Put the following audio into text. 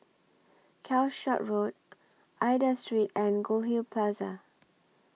Calshot Road Aida Street and Goldhill Plaza